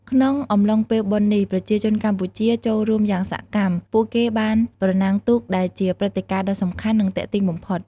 ក្នុងអំឡុងពេលបុណ្យនេះ ប្រជាជនកម្ពុជាចូលរួមយ៉ាងសកម្ម ពួកគេបាន ប្រណាំងទូក ដែលជាព្រឹត្តិការណ៍ដ៏សំខាន់ និងទាក់ទាញបំផុត។